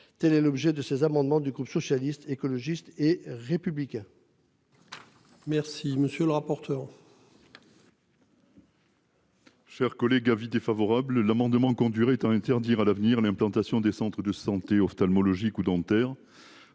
Telle est l'objet de ces amendements du groupe socialiste, écologiste et républicain.